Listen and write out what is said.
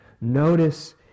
Notice